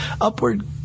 Upward